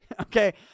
okay